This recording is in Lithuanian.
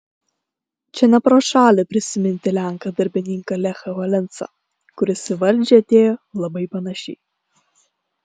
čia ne pro šalį prisiminti lenką darbininką lechą valensą kuris į valdžią atėjo labai panašiai